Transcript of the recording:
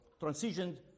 transitioned